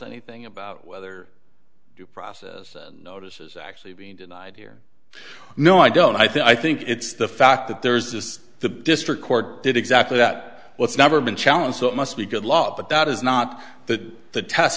anything about whether due process notice is actually being denied here no i don't i think i think it's the fact that there is this the district court did exactly that what's never been challenged so it must be good luck but that is not the the test